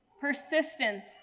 Persistence